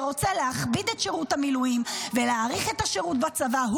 ורוצה להכביד את שירות המילואים ולהאריך את השירות בצבא,